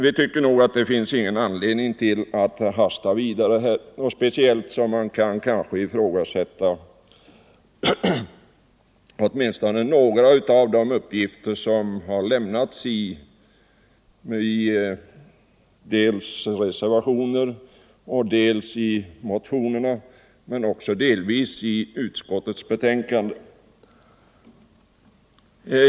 Vi tycker nog att det inte finns någon anledning att hasta vidare här, speciellt som man kanske kan ifrågasätta åtminstone några av de uppgifter som har lämnats i reservationer och motioner men också delvis i utskottsbetänkandet.